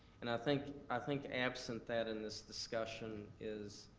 and i think i think absent that in this discussion is